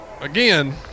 Again